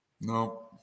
No